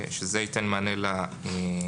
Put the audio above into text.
וזה ייתן מענה לצורך,